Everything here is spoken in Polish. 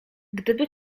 gdyby